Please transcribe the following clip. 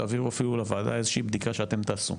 תעבירו אפילו לוועדה איזושהי בדיקה שאתם תעשו,